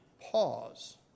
pause